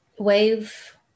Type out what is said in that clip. wave